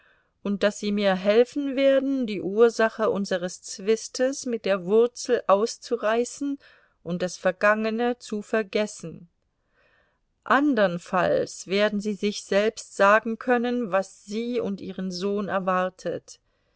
und daß sie mir helfen werden die ursache unseres zwistes mit der wurzel auszureißen und das vergangene zu vergessen andernfalls werden sie sich selbst sagen können was sie und ihren sohn erwartet